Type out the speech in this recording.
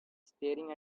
staring